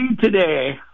today